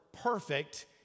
perfect